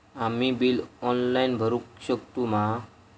आम्ही bill online भरुक शकतू मा?